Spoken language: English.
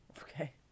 okay